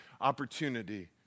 opportunity